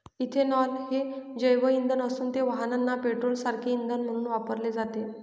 ethanol हे जैवइंधन असून ते वाहनांना पेट्रोलसारखे इंधन म्हणून वापरले जाते